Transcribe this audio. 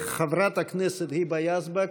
חברת הכנסת היבה יזבק,